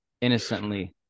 innocently